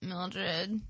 Mildred